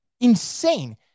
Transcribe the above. insane